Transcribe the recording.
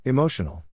Emotional